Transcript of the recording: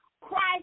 Christ